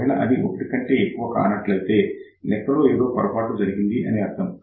ఒకవేళ అది 1 కంటే ఎక్కువ కానట్లయితే లెక్కలో ఏదో పొరపాటు జరిగింది అని అర్థం